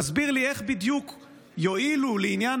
תסביר לי איך בדיוק זה יועיל לעניין